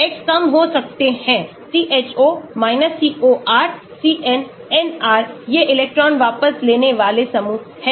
X कम हो सकते हैं CHO COR CN NR ये इलेक्ट्रॉन वापस लेने वाले समूह हैं